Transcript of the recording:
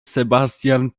sebastian